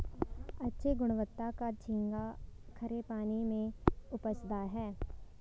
अच्छे गुणवत्ता का झींगा खरे पानी में उपजता है